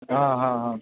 हां हां हां